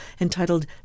entitled